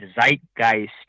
zeitgeist